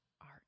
art